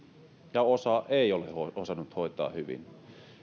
ja osa ei ole osannut hoitaa sitä hyvin